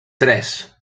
tres